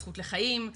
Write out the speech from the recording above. הזכות לחיים,